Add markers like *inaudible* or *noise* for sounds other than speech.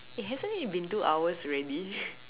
eh hasn't it been two hours already *laughs*